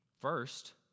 First